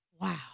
Wow